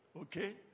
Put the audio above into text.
Okay